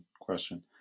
question